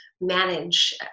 manage